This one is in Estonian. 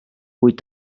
kuid